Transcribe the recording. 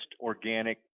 organic